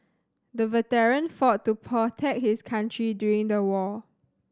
the veteran fought to protect his country during the war